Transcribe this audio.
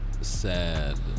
sad